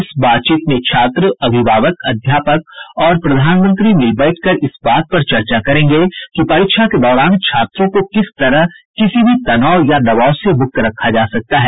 इस बातचीत में छात्र अभिभावक अध्यापक और प्रधानमंत्री मिल बैठकर इस बात पर चर्चा करेंगे कि परीक्षा के दौरान छात्रों को किस तरह किसी भी तनाव या दबाव से मुक्त रखा जा सकता है